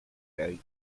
very